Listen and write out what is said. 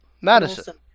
Madison